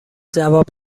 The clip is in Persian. جواب